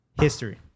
history